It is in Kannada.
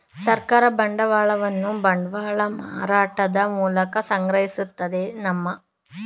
ಸರ್ಕಾರ ಬಂಡವಾಳವನ್ನು ಬಾಂಡ್ಗಳ ಮಾರಾಟದ ಮೂಲಕ ಸಂಗ್ರಹಿಸುತ್ತದೆ ನಮ್ಮ